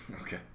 Okay